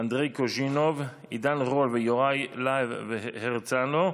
אנדרי קוז'ינוב, עידן רול ויוראי להב הרצנו,